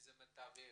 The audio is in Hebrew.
איזה מתווך.